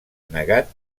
negat